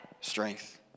strength